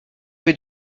vais